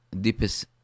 deepest